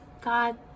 God